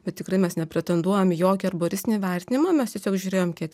bet tikrai mes nepretenduojam į jokį arboristinį vertinimą mes tiesiog žiūrėjom kiek